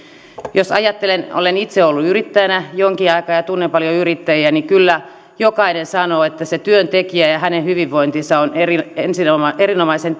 jos ajattelen kun olen itse ollut yrittäjänä jonkin aikaa ja tunnen paljon yrittäjiä niin kyllä jokainen sanoo että se työntekijä ja hänen hyvinvointinsa on erinomaisen